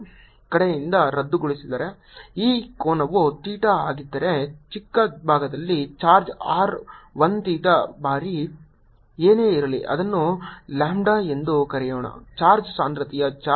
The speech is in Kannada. r2θλr2n r1θλr1n 0If n1 ⟹ E∝1r ಈ ಕೋನವು ಥೀಟಾ ಆಗಿದ್ದರೆ ಚಿಕ್ಕ ಭಾಗದಲ್ಲಿ ಚಾರ್ಜ್ r 1 ಥೀಟಾ ಬಾರಿ ಏನೇ ಇರಲಿ ಅದನ್ನು ಲ್ಯಾಂಬ್ಡಾ ಎಂದು ಕರೆಯೋಣ ಚಾರ್ಜ್ ಸಾಂದ್ರತೆಯ ಚಾರ್ಜ್